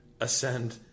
ascend